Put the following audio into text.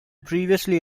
previously